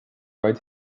vaid